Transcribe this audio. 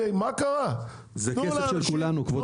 זה הכסף של כולנו, כבוד